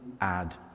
add